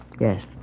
Yes